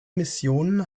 missionen